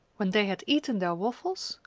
when they had eaten their waffles,